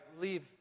leave